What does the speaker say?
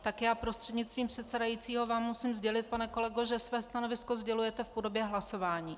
Tak já prostřednictvím předsedajícího vám musím sdělit, pane kolego, že své stanovisko sdělujete v podobě hlasování.